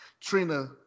Trina